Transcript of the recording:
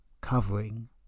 covering